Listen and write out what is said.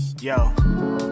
Yo